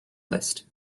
list